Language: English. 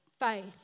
faith